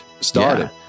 started